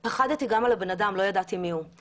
בהתחלה פחדתי משום שלא ידעתי מיהו הבן-אדם.